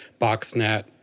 BoxNet